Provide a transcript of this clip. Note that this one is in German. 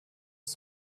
ist